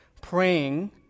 praying